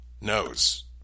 knows